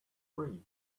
free